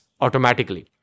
automatically